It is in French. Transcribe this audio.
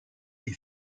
est